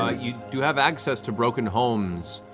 ah you do have access to broken homes,